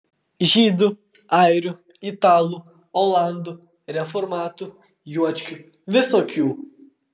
žydų airių italų olandų reformatų juočkių visokių